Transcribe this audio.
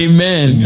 Amen